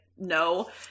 No